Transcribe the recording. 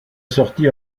sortie